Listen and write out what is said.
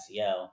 SEO